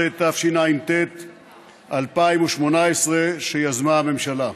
16), התשע"ט 2018, שיזמה הממשלה.